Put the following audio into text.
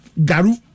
Garu